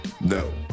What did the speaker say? No